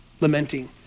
lamenting